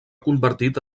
convertit